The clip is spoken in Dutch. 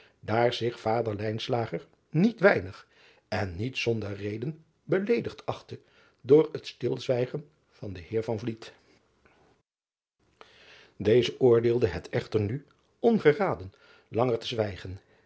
daar zich vader niet weinig en niet zonder reden beleedigd achtte door het stilzwijgen van den eer eze oordeelde het echter nu ongeraden langer te zwijgen